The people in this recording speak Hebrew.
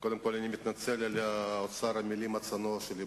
אלא "כל העוסק בצורכי ציבור באמונה".